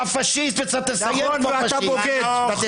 אתה פשיסט --- נכון, ואתה בוגד.